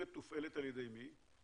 על ידי מי היא מתופעלת?